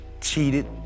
cheated